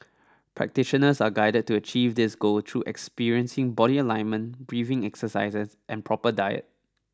practitioners are guided to achieve this goal through experiencing body alignment breathing exercises and proper diet